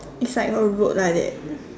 it's like a road like that